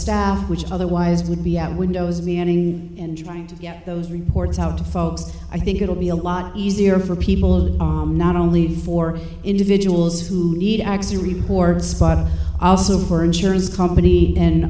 staff which otherwise would be at windows me ending and trying to get those reports out to folks i think it'll be a lot easier for people not only for individuals who need x you reported spot also for insurance company and